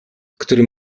który